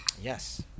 Yes